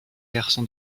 garçon